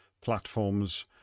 platforms